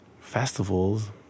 festivals